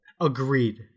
Agreed